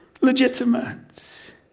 legitimate